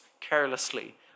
carelessly